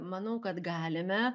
manau kad galime